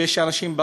ויש אנשים,